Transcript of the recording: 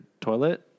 toilet